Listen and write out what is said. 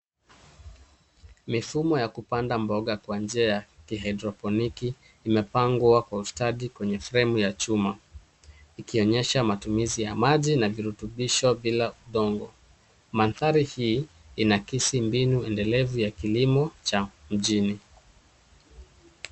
Mifumo ya kupanda mboga kwa njia ya kihaidroponiki imepangwa kwa ustadi kwenye fremu ya chuma ikionyesha matumizi ya maji na virutubisho bila udongo. Mandhari hii ianakisi mbinu endelevu ya kilimo cha mjini.